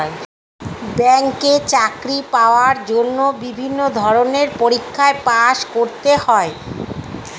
ব্যাংকে চাকরি পাওয়ার জন্য বিভিন্ন ধরনের পরীক্ষায় পাস করতে হয়